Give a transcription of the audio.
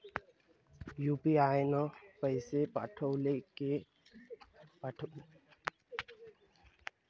UPI न पैसे पाठवले, ते कसे पायता येते?